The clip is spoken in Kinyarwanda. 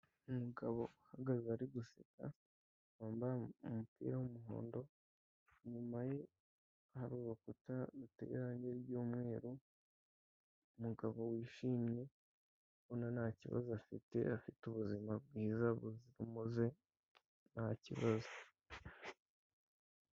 Umugabo uhagaze ari guseka, wambaye umupira w'umuhondo, inyuma ye hari urukuta ruteye irangi ry'umweru, umugabo wishimye ubona nta kibazo afite, afite ubuzima bwiza buzira umuze nta kibazo.